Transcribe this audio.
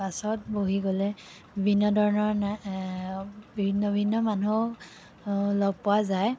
বাছত বহি গ'লে বিভিন্ন ধৰণৰ না বিভিন্ন বিভিন্ন মানুহ লগ পোৱা যায়